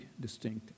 distinct